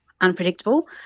unpredictable